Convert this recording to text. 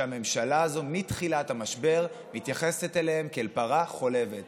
שהממשלה הזאת מתחילת המשבר מתייחסת אליהם כאל פרה חולבת.